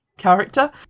character